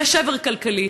יהיה שבר כלכלי,